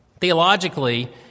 Theologically